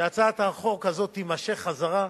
שהצעת החוק הזאת תימשך חזרה,